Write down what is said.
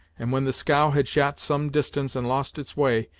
and when the scow had shot some distance and lost its way,